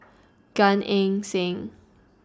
Gan Eng Seng